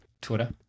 Twitter